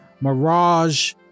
Mirage